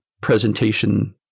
presentation